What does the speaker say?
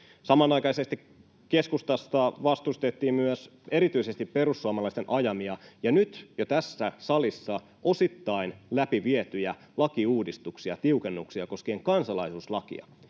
Samanaikaisesti keskustasta vastustettiin myös erityisesti perussuomalaisten ajamia ja nyt ja tässä salissa osittain läpi vietyjä lakiuudistuksia, tiukennuksia, koskien kansalaisuuslakia.